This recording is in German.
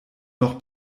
noch